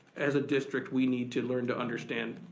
as a district we need to learn to understand,